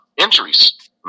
injuries